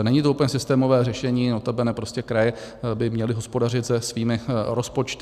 Není to úplně systémové řešení, notabene prostě kraje by měly hospodařit se svými rozpočty.